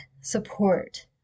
support